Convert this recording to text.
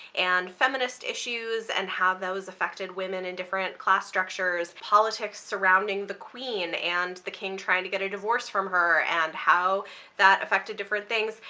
and feminist issues, and how those affected women in different class structures, politics surrounding the queen and the king trying to get a divorce from her, and how that affected different things,